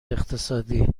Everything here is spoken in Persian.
اقتصادی